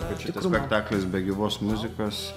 kad šitas spektaklis be gyvos muzikos